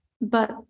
But-